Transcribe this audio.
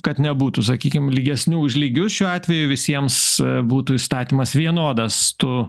kad nebūtų sakykim lygesnių už lygius šiuo atveju visiems būtų įstatymas vienodas tu